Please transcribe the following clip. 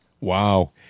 Wow